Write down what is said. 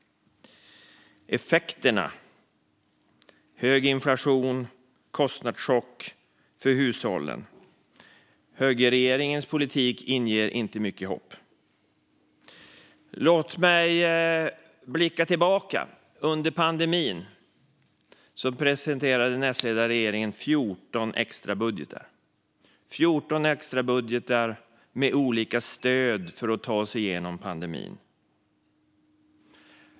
Effekterna är hög inflation och kostnadschock för hushållen. Högerregeringens politik inger inte mycket hopp. Låt mig blicka tillbaka. Under pandemin presenterade den S-ledda regeringen 14 extra budgetar med olika stöd för att Sverige skulle ta sig igenom pandemin.